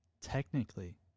technically